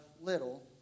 little